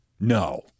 No